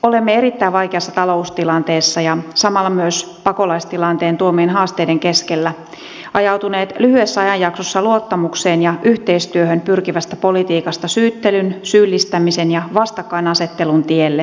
olemme erittäin vaikeassa taloustilanteessa ja samalla myös pakolastilanteen tuomien haasteiden keskellä ajautuneet lyhyessä ajanjaksossa luottamukseen ja yhteistyöhön pyrkivästä politiikasta syyttelyn syyllistämisen ja vastakkainasettelun tielle